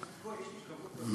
חבר הכנסת כהן,